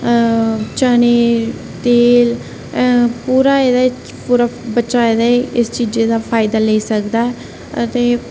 चने तेल पूरा एह्दे च पूरा बच्चा एह्दे च पूरा फायदा लेई सकदा ऐ ते